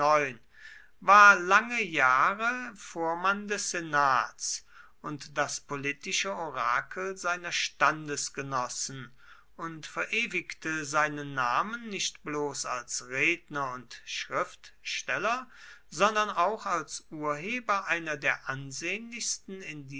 war lange jahre vormann des senats und das politische orakel seiner standesgenossen und verewigte seinen namen nicht bloß als redner und schriftsteller sondern auch als urheber einiger der